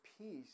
Peace